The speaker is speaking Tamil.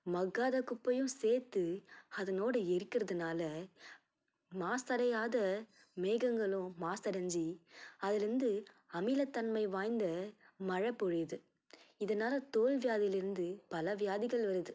மக்காத குப்பையும் சேர்த்து அதனோடய எரிக்கிறதனால மாசடையாத மேகங்களும் மாசடைஞ்சு அதிலேருந்து அமிலத்தன்மை வாய்ந்த மழை பொழியுது இதனால் தோல் வியாதியிலிருந்து பல வியாதிகள் வருது